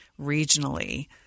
regionally